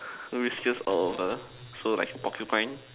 whiskers out of a so like a porcupine